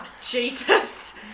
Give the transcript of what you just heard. Jesus